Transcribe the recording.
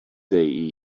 they